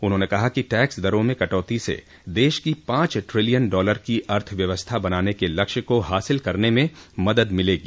उन्होंने कहा कि टैक्स दरों में कटौती से देश की पाँच ट्रिलियन डालर की अर्थव्यवस्था बनाने के लक्ष्य को हासिल करने में मदद मिलेगी